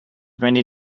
many